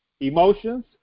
emotions